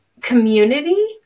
community